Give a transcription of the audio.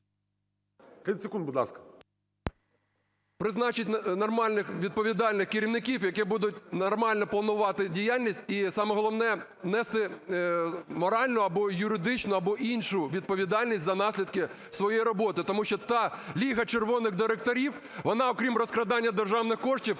…призначить нормальних, відповідальних керівників, які будуть нормально планувати діяльність і, саме головне, нести моральну або юридичну, або іншу відповідальність за наслідки своєї роботи? Тому що та "ліга червоних директорів", вона, окрім розкрадання державних коштів,